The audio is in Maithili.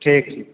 ठीक छै